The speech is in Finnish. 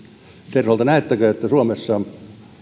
terholta näettekö että suomessa